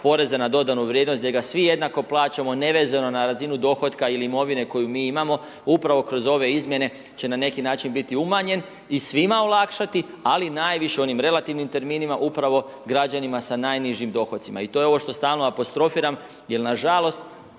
poreza na dodanu vrijednost gdje ga svi jednako plaćamo nevezano na razinu dohotka ili imovine koju mi imamo upravo kroz ove izmjene će na neki način biti umanjen i svima olakšati ali najviše onim relativnim terminima upravo građanima sa najnižim dohocima. I to je ovo što stalno apostrofiram jer nažalost